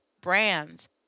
brands